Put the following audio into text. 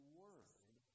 word